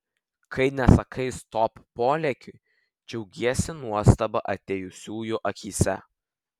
kai nesakai stop polėkiui džiaugiesi nuostaba atėjusiųjų akyse